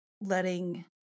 letting